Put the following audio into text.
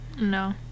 No